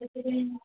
ସେଥିପାଇଁ